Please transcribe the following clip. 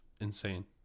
Insane